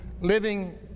Living